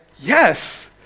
yes